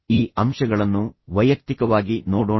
ಈ ಅಂಶಗಳನ್ನು ವೈಯಕ್ತಿಕವಾಗಿ ನೋಡೋಣ